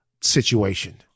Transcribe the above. situation